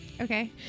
okay